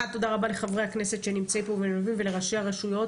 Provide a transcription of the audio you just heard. תודה רבה לחברי הכנסת שנמצאים פה ולראשי הרשויות.